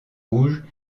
rouges